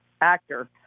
actor